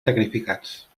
sacrificats